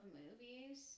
movies